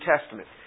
Testament